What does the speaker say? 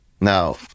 Now